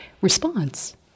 response